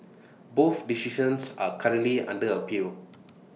both decisions are currently under appeal